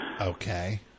Okay